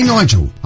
Nigel